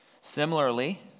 Similarly